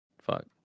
Fuck